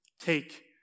Take